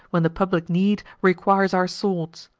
when the public need requires our swords.